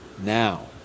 now